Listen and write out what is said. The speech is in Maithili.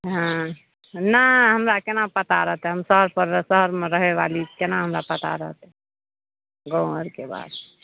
हँ नहि हमरा केना पता रहतै हम शहर पर शहरमे रहैत बाली केना हमरा पता रहतै गाँव घरके बात